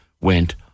went